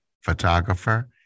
photographer